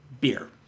beer